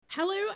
Hello